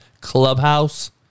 clubhouse